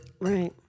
Right